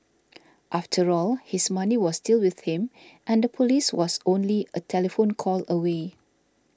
after all his money was still with him and the police was only a telephone call away